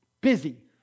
busy